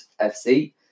FC